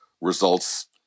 results